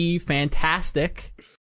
fantastic